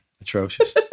atrocious